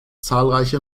zahlreiche